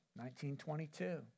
1922